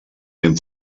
ben